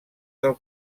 del